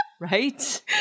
Right